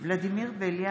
ולדימיר בליאק,